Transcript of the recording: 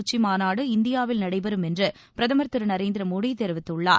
உச்சி மாநாடுஇந்தியாவில் நடைபெறும் என்று பிரதமர் திரு நரேந்திரமோடி தெரிவித்துள்ளார்